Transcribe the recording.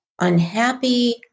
unhappy